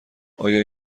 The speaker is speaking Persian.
آیا